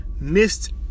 missed